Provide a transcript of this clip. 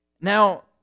Now